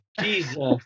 Jesus